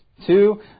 Two